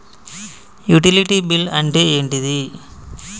Utility bill అంటే ఏంటిది?